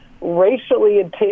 racially